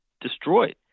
destroyed